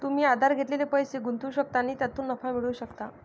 तुम्ही उधार घेतलेले पैसे गुंतवू शकता आणि त्यातून नफा मिळवू शकता